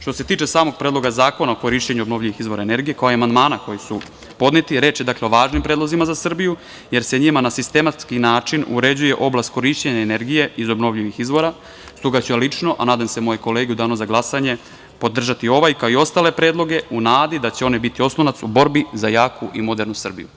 Što se tiče samog Predloga zakona o korišćenju obnovljivih izvora energije, kao i amandmana koji su podneti, reč je o važnim predlozima za Srbiju, jer se njima na sistematski način uređuje oblast korišćenja energije iz obnovljivih izvora, stoga ću ja lično, a nadam se i moje kolege u danu za glasanje podržati ovaj, kao i ostale predloge u nadi da će one biti oslonac u borbi za jaku i modernu Srbiju.